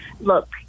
Look